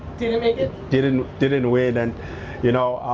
didn't make it? didn't didn't win, and you know,